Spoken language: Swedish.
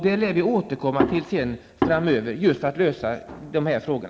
Vi lär återkomma till den framöver för att lösa dessa frågor.